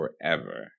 forever